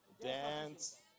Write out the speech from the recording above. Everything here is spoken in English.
dance